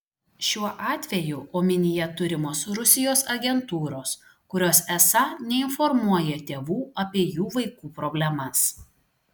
šiuo atveju omenyje turimos rusijos agentūros kurios esą neinformuoja tėvų apie jų vaikų problemas